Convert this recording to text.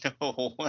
no